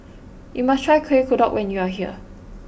you must try Kuih Kodok when you are here